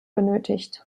benötigt